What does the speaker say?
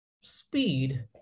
speed